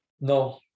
No